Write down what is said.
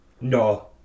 No